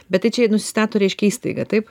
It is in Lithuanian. bet tai čia nusistato reiškia įstaiga taip